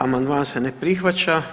Amandman se ne prihvaća.